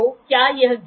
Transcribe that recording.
इसलिए विस्थापन हुआ है